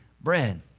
bread